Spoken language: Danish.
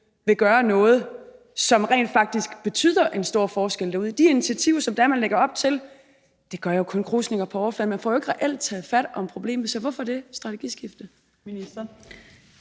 vil gøre noget, som rent faktisk betyder en stor forskel derude. De initiativer, som man lægger op til, laver jo kun krusninger på overfladen, for man får ikke reelt taget fat om problemet. Så hvorfor det strategiskifte?